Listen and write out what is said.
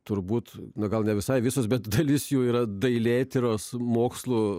turbūt na gal ne visai visos bet dalis jų yra dailėtyros mokslo